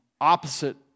opposite